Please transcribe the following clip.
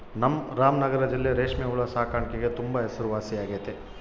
ನಮ್ ರಾಮನಗರ ಜಿಲ್ಲೆ ರೇಷ್ಮೆ ಹುಳು ಸಾಕಾಣಿಕ್ಗೆ ತುಂಬಾ ಹೆಸರುವಾಸಿಯಾಗೆತೆ